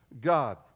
God